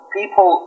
people